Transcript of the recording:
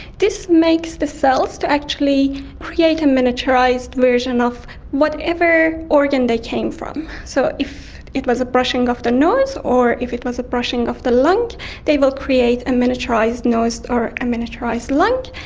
this makes the cells actually create a miniaturised version of whatever organ they came from. so if it was a brushing of the nose or if it was a brushing of the lung they will create a miniaturised nose or a miniaturised lung.